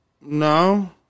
No